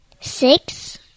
Six